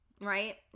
right